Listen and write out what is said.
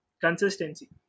consistency